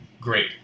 great